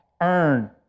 earn